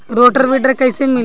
Rotor weeder कईसे मिले?